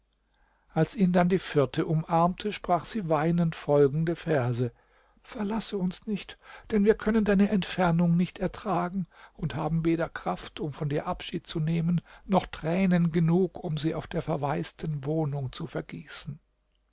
als ihn dann die vierte umarmte sprach sie weinend folgende verse verlasse uns nicht denn wir können deine entfernung nicht ertragen und haben weder kraft um von dir abschied zu nehmen noch tränen genug um sie auf der verwaisten wohnung zu vergießen